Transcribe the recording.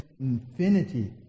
infinity